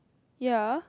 ya